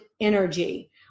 energy